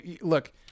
Look